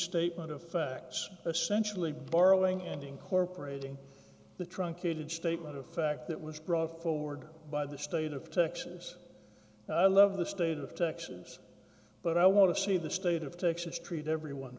statement of facts essentially borrowing and incorporating the truncated statement of fact that was brought forward by the state of texas i love the state of texas but i want to see the state of texas treat everyone